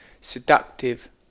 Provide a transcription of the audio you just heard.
seductive